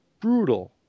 brutal